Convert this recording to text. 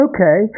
Okay